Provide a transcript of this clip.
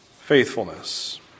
Faithfulness